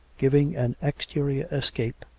giving an exterior escape,